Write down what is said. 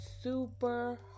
super